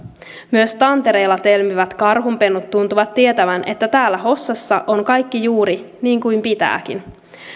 myös tantereella telmivät karhunpennut tuntuvat tietävän että täällä hossassa on kaikki juuri niin kuin pitääkin